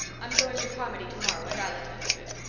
i'm going to carmody tomorrow and i'll attend to it.